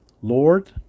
Lord